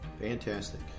Fantastic